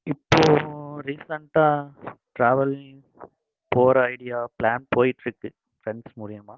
இப்போது ரீசண்ட்டாக ட்ராவலிங் போற ஐடியா பிளான் போய்ட்ருக்கு ஃப்ரெண்ட்ஸ் மூலயமா